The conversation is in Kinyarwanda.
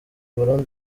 ballon